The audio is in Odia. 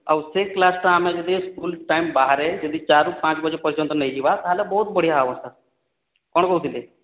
ଆଉ ସେ କ୍ଲାସ୍ଟା ଆମେ ଯଦି ସ୍କୁଲ୍ ଟାଇମ୍ ବାହାରେ ଯଦି ଚାରିରୁ ପାଞ୍ଚ ବଜେ ପର୍ଯ୍ୟନ୍ତ ନେଇଯିବା ତା'ହେଲେ ବହୁତ ବଢ଼ିଆ ହେବ ସାର୍ କ'ଣ କହୁଥିଲେ